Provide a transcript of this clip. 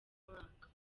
mwaka